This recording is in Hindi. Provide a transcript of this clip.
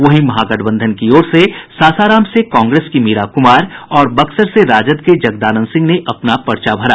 वहीं महागठबंधन की ओर से सासाराम से कांग्रेस की मीरा कुमार और बक्सर से राजद के जगदानंद सिंह ने अपना पर्चा भरा